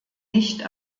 nicht